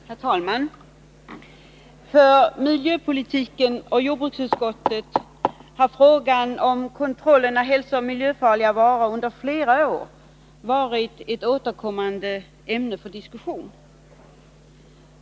Herr talman! För miljöpolitiken och jordbruksutskottet har frågan om kontroll av hälsooch miljöfarliga varor under flera år varit ett återkommande ämne för diskussion.